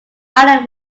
allen